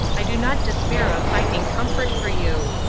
i do not despair of finding comfort for you.